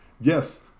yes